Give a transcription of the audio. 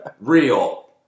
Real